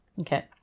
Okay